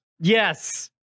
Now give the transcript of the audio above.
Yes